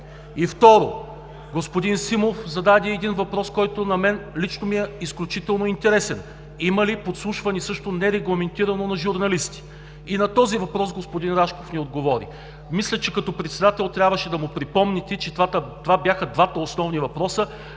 Второ, господин Симов зададе един въпрос, който лично на мен е изключително интересен – има ли подслушвани нерегламентирано журналисти? И на този въпрос господин Рашков не отговори. Мисля, че като председател трябваше да му припомните, че това бяха двата основни въпроса,